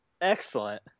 Excellent